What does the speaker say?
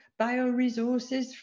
bioresources